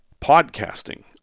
Podcasting